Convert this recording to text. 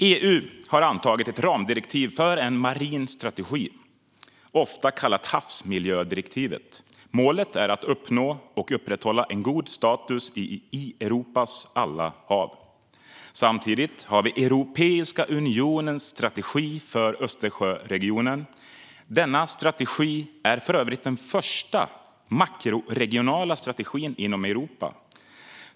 EU har antagit ett ramdirektiv för en marin strategi, ofta kallat havsmiljödirektivet. Målet är att uppnå och upprätthålla en god status i Europas alla hav. Samtidigt finns också Europeiska unionens strategi för Östersjöregionen. Denna strategi är för övrigt den första makroregionala strategin inom Europa.